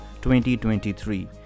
2023